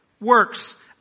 works